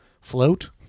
float